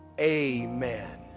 Amen